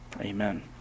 Amen